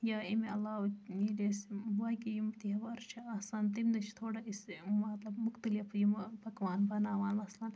یا اَمہِ علاوٕ ییٚلہِ أسۍ باقٕے یِم تہوار چھِ آسان تَمہِ دۄہ چھِ تھوڑا أسۍ مطلب مختلف یِم پکوان بَناوان مَثلًا